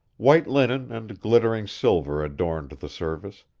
white linen and glittering silver adorned the service,